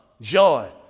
joy